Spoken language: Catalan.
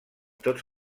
tots